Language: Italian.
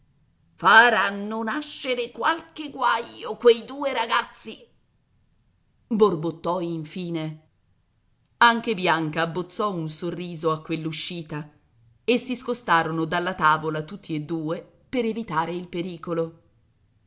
faranno nascere qualche guaio quei due ragazzi borbottò infine anche bianca abbozzò un sorriso a quell'uscita e si scostarono dalla tavola tutti e due per evitare il pericolo